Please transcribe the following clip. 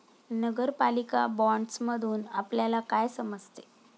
नगरपालिका बाँडसमधुन आपल्याला काय समजते?